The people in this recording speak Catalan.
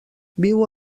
viu